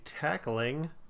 tackling